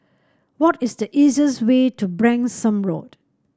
what is the easiest way to Branksome Road